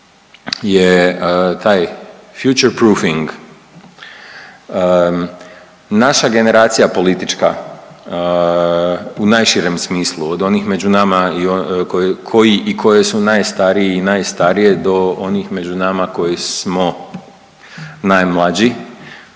je taj future proofing. Naša generacija politička u najširem smislu od onih među nama koji i koje su najstariji i najstarije do onih među nama koji smo najmlađi,